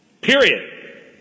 Period